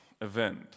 event